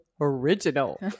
Original